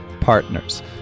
partners